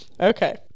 okay